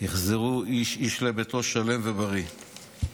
יחזרו איש-איש לביתו שלמים ובריאים.